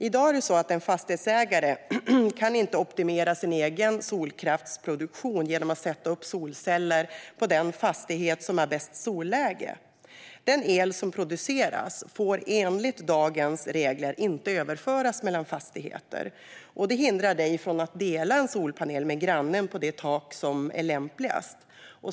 I dag kan en fastighetsägare inte optimera sin egen solkraftsproduktion genom att sätta upp solceller på den fastighet som har bäst solläge. Den el som produceras får enligt dagens regler inte överföras mellan fastigheter. Det hindrar dig från att dela en solpanel med grannen på det tak som är lämpligast.